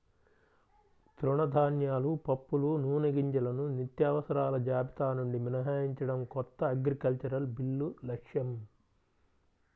తృణధాన్యాలు, పప్పులు, నూనెగింజలను నిత్యావసరాల జాబితా నుండి మినహాయించడం కొత్త అగ్రికల్చరల్ బిల్లు లక్ష్యం